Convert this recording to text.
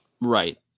Right